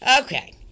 Okay